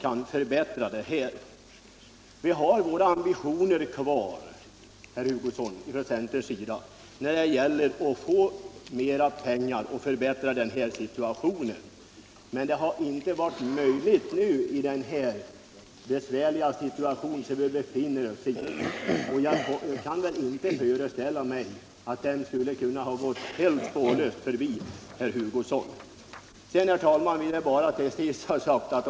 Centern har sina ambitioner kvar, herr Hugosson, när det gäller att förbättra anslagen till våra vägar. Men det har inte varit möjligt i den nuvarande besvärliga ekonomiska situationen. Jag kan inte föreställa mig att den brist på pengar vi nu har har gått herr Hugosson spårlöst förbi.